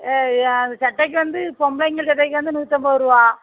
அந்த சட்டைக்கு வந்து பொம்பளைங்க சட்டைக்கு வந்து நூற்றைம்பது ரூபா